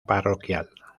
parroquial